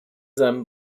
seinem